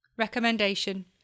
Recommendation